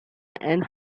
and